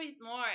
more